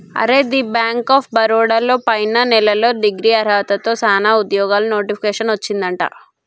అరే the bank of Baroda లో పైన నెలలో డిగ్రీ అర్హతతో సానా ఉద్యోగాలు నోటిఫికేషన్ వచ్చిందట